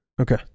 Okay